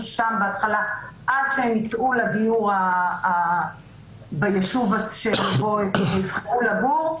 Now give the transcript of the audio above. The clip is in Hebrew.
שם בהתחלה עד שהם יצאו לדיור ביישוב שהם יבחרו לגור.